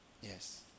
yes